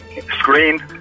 screen